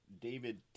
David